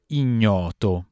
ignoto